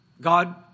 God